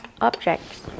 objects